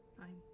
Fine